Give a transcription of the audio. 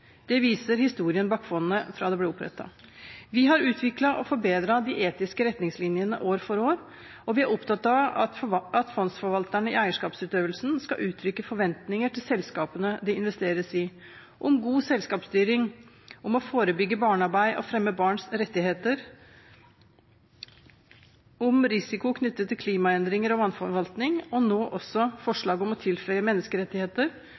Det viser historien bak fondet da det ble opprettet. Vi har utviklet og forbedret de etiske retningslinjene år for år, og vi er opptatt av at fondsforvalterne i eierskapsutøvelsen skal uttrykke forventninger til selskapene det investeres i – om god selskapsstyring, om å forebygge barnearbeid og fremme barns rettigheter, om risiko knyttet til klimaendringer og vannforvaltning, og nå også forslaget om å tilføye menneskerettigheter